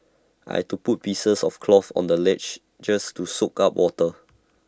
I had to put pieces of cloth on the ledges just to soak up water